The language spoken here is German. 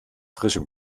frischem